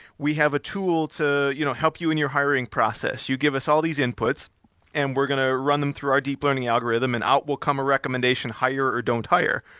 we have a tool to you know help you in your hiring process. you give us all these inputs and we're going to run them through our deep learning algorithm and out will come a recommendation hire or don't hire.